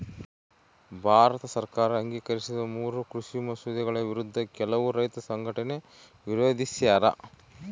ಭಾರತ ಸರ್ಕಾರ ಅಂಗೀಕರಿಸಿದ ಮೂರೂ ಕೃಷಿ ಮಸೂದೆಗಳ ವಿರುದ್ಧ ಕೆಲವು ರೈತ ಸಂಘಟನೆ ವಿರೋಧಿಸ್ಯಾರ